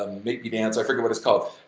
um make me dance, i forget what it's called,